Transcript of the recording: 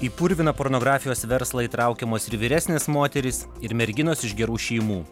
į purviną pornografijos verslą įtraukiamos ir vyresnės moterys ir merginos iš gerų šeimų